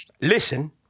listen